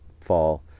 fall